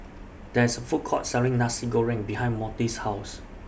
There IS A Food Court Selling Nasi Goreng behind Monte's House